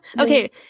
Okay